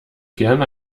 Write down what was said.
gern